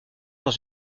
dans